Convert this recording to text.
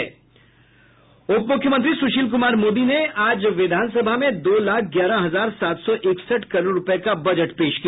उप मुख्यमंत्री सुशील कुमार मोदी ने आज विधान सभा में दो लाख ग्यारह हजार सात सौ इकसठ करोड रुपये का बजट पेश किया